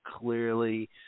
clearly